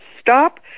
stop